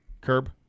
Curb